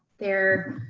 there,